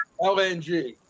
LNG